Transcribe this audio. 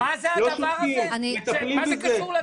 לא שותקים מטפלים בזה,